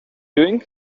doing